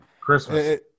Christmas